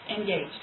engaged